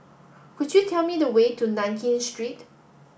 could you tell me the way to Nankin Street